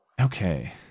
okay